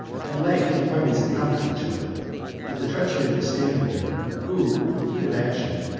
at length the armies encountered each other but the treachery of the standard-bearer, who, in the heat of action,